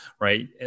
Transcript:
right